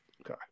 Okay